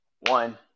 One